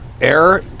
Air